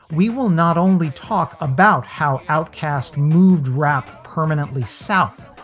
we will not only talk about how outcaste moved rap permanently south,